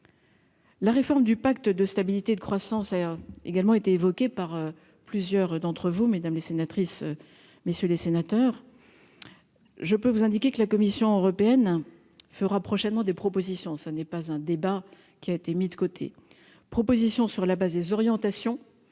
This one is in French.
La réforme du pacte de stabilité de croissance, a également été évoqué par plusieurs d'entre vous, mesdames les sénatrices, messieurs les sénateurs, je peux vous indiquer que la Commission européenne fera prochainement des propositions, ça n'est pas un débat qui a été mis de côté propositions sur la base des orientations